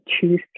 choose